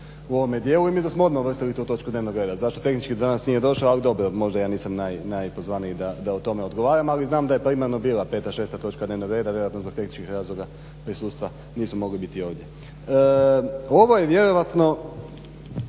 u ovome dijelu i mislim da smo odmah uvrstili tu točku dnevnog reda. Zašto tehnički danas nije došao, ali dobro možda ja nisam najpozvaniji da o tome razgovaram, ali znam da je primarno bila 5, 6 točka dnevnog reda. Vjerojatno zbog tehničkih razloga prisustva nisu mogli biti ovdje. Ovo je vjerojatno